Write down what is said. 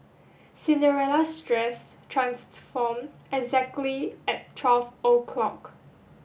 Cinderella's dress transformed exactly at twelve o'clock